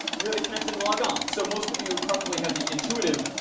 yeah to connect and log on. so most of you probably have the intuitive